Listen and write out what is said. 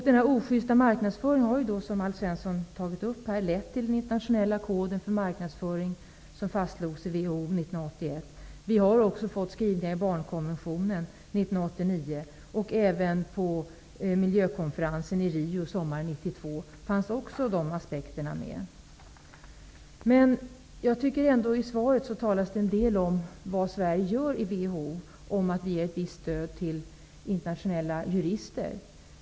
Denna ojusta marknadsföring har, som Alf Svensson tog upp, lett till den internationella koden för marknadsföring som fastslogs i WHO 1981. Vi har också fått skrivningar i barnkonventionen 1989. Även på Miljökonferensen i Rio sommaren 1992 fanns dessa aspekter med. I svaret talas det en del om vad Sverige gör i WHO. Sverige ger ett visst stöd till internationella jurister.